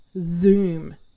zoom